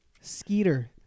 Skeeter